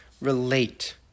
relate